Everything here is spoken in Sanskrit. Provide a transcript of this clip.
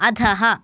अधः